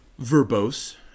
verbose